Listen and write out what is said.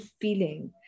feeling